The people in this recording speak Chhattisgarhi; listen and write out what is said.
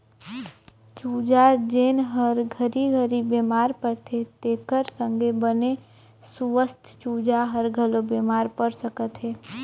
चूजा जेन हर घरी घरी बेमार परथे तेखर संघे बने सुवस्थ चूजा हर घलो बेमार पर सकथे